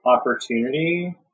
opportunity